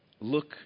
Look